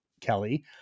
Kelly